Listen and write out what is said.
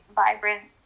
vibrant